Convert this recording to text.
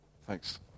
Thanks